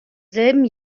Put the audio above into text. selben